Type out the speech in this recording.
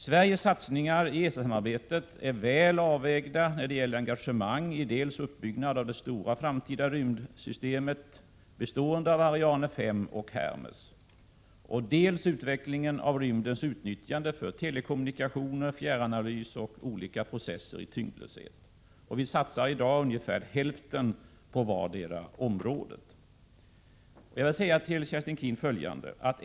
Sveriges satsningar i ESA-samarbetet är väl avvägda när det gäller engagemang i dels uppbyggnad av det stora framtida rymdsystemet bestående av Ariane 5 och Hermes, dels utvecklingen av rymdens utnyttjande för telekommunikationer, fjärranalys och olika processer i tyngdlöshet. Vi satsar i dag ungefär hälften på vartdera området.